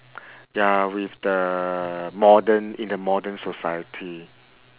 ya with the modern in the modern society